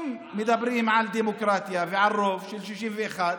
אם מדברים על דמוקרטיה ועל רוב של 61,